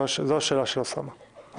זו השאלה של אוסאמה.